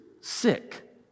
sick